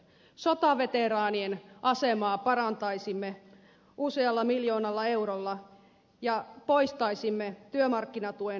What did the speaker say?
sotaveteraanien asemaa parantaisimme usealla miljoonalla eurolla ja poistaisimme työmarkkinatuen tarveharkinnan